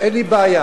אין לי בעיה.